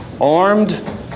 Armed